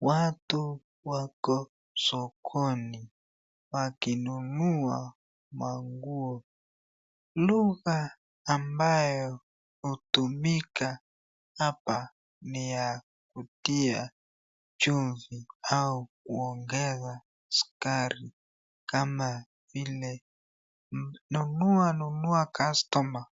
watu wako sokoni wakinunua manguo. Lugha ambayo hutumika hapa ni ya kutia chumvi au uongeza sukari, kama vile nunua nunua customer .